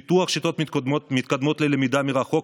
פיתוח שיטות מתקדמות ללמידה מרחוק,